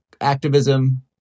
activism